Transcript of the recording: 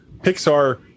Pixar